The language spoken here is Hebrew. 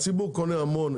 הציבור קונה המון,